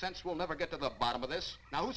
sense we'll never get to the bottom of this now